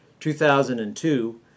2002